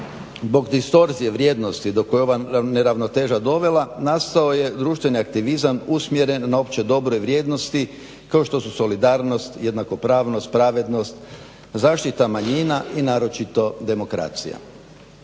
Zbog distorzije vrijednosti do koje je ova neravnoteža dovela nastao je društveni aktivizam usmjeren na opće dobro i vrijednosti kao što su solidarnost, jednakopravnost, pravednost, zaštita manjina i naročito demokracija.